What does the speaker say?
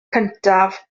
cyntaf